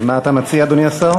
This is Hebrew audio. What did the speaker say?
אז מה אתה מציע, אדוני השר?